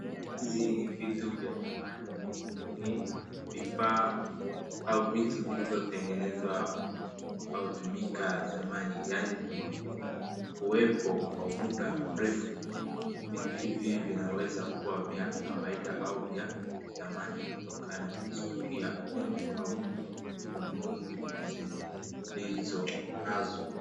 Hizi ni vitu vya zamani. Ni vifaa au vitu vilivyotengenezwa au tumika zamani, yaani vimekuwepo kwa muda mrefu. Vitu hivi vinaweza kuwa vya kawaida au vya thamani kutokana na historia, umri au kumbukumbu zilizonazo.